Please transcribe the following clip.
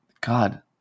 God